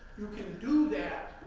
you can do that,